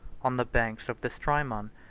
on the banks of the strymon,